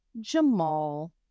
Jamal